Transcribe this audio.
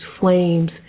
flames